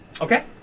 Okay